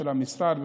של המשרד,